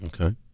Okay